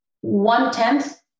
one-tenth